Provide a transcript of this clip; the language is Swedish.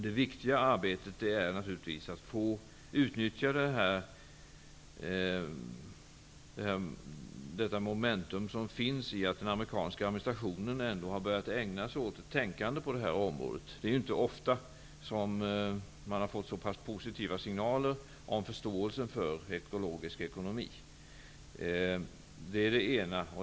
Det viktiga arbetet är naturligtvis att få utnyttja det momentum som finns i att den amerikanska administrationen har börjat ägna sig åt ett tänkande på det här området. Det är inte ofta som man har fått så pass positiva signaler om förståelse för ekologisk ekonomi. Det är det ena.